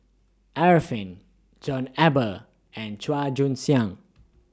Arifin John Eber and Chua Joon Siang